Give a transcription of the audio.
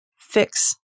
fix